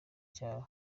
cyaro